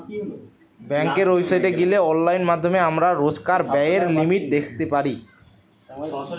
বেংকের ওয়েবসাইটে গিলে অনলাইন মাধ্যমে আমরা রোজকার ব্যায়ের লিমিট দ্যাখতে পারি